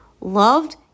loved